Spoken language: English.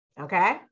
Okay